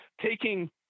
taking